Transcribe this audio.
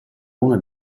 uno